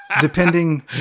depending